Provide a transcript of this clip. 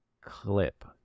clip